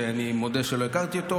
שאני מודה שלא הכרתי אותו.